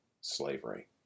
slavery